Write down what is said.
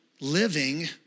living